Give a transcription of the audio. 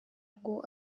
ngo